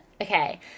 Okay